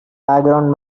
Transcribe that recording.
background